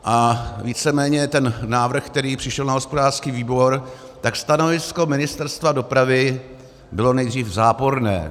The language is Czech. A víceméně ten návrh, který přišel na hospodářský výbor, stanovisko Ministerstva dopravy bylo nejdřív záporné.